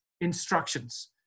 instructions